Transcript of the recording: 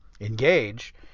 engage